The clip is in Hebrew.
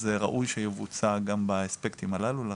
אז ראוי שיבוצע גם באספקטים הללו לרשויות.